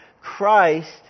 Christ